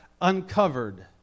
uncovered